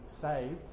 saved